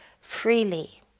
freely